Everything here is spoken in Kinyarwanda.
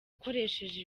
akoresheje